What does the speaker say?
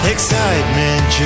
Excitement